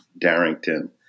Darrington